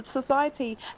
society